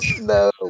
No